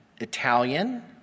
Italian